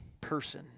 person